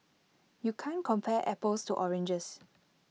you can't compare apples to oranges